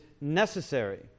necessary